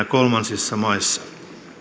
kolmansissa maissa